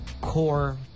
core